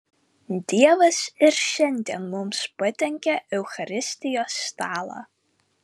dievas ir šiandien mums padengia eucharistijos stalą